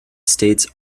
states